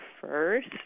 first